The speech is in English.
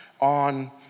on